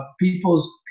People's